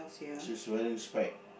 she's wearing spec